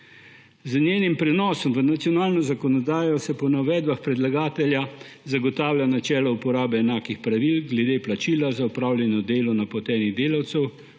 Z njenim prenosom v nacionalno zakonodajo se po navedbah predlagatelja zagotavlja načelo uporabe enakih pravil glede plačila za opravljeno delo napotenih delavcev,